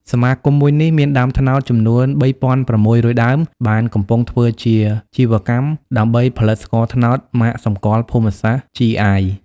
សមាគមមួយនេះ មានដើមត្នោតចំនួន៣៦០០ដើម បានកំពុងធ្វើជាជីវកម្មដើម្បីផលិតស្ករត្នោតម៉ាកសម្គាល់ភូមិសាស្រ្ត (GI)។